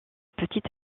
petit